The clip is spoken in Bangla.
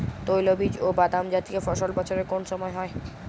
তৈলবীজ ও বাদামজাতীয় ফসল বছরের কোন সময় হয়?